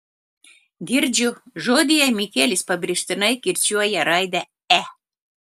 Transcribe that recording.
girdžiu žodyje mikelis pabrėžtinai kirčiuoja raidę e